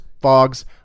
fogs